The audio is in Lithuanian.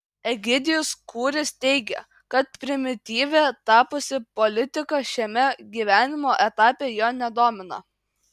egidijus kūris teigia kad primityvia tapusi politika šiame gyvenimo etape jo nedomina